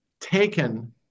taken